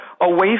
away